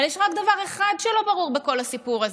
אבל יש רק דבר אחד שלא ברור בכל הסיפור הזה: